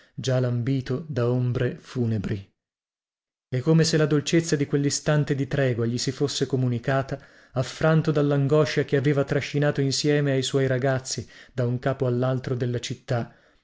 già lambito da ombre funebri e come se la dolcezza di quellistante di tregua gli si fosse comunicata affranto dallangoscia che aveva trascinato insieme ai suoi ragazzi da un capo allaltro della città